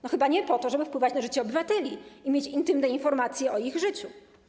No chyba nie po to, żeby wpływać na życie obywateli i mieć intymne informacje o ich życiu.